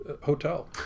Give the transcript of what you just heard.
hotel